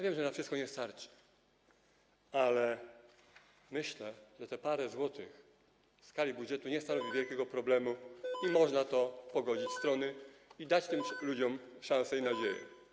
Wiem, że na wszystko nie starczy, ale myślę, że te parę złotych w skali budżetu nie stanowi wielkiego problemu, można pogodzić strony i dać tym ludziom szansę i nadzieję.